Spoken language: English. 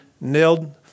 nailed